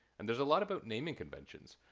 and there's a lot about naming conventions.